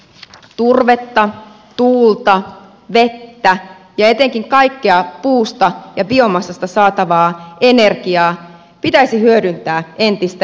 turvetta tuulta vettä ja etenkin kaikkea puusta ja biomassasta saatavaa energiaa pitäisi hyödyntää entistä enemmän